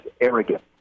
arrogant